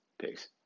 Peace